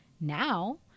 now